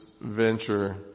venture